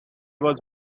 was